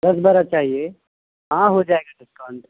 دس بارہ چاہیے ہاں ہو جائے گا ڈسکاؤنٹ